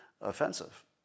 offensive